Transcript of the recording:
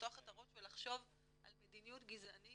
ולפתוח את הראש ולחשוב על מדיניות גזענית